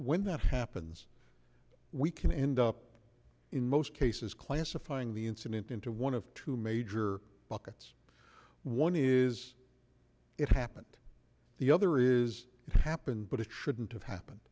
when that happens we can end up in most cases classifying the incident into one of two major buckets one is it happened the other is it happened but it shouldn't have happened